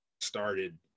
started